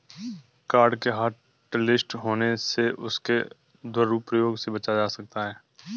card के hotlist होने से उसके दुरूप्रयोग से बचा जा सकता है